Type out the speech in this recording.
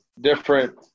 different